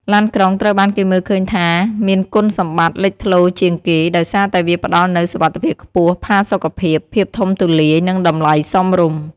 ឡានក្រុងត្រូវបានគេមើលឃើញថាមានគុណសម្បត្តិលេចធ្លោជាងគេ ដោយសារតែវាផ្តល់នូវសុវត្ថិភាពខ្ពស់ ផាសុកភាព ភាពធំទូលាយ និងតម្លៃសមរម្យ។